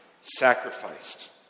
sacrificed